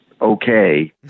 Okay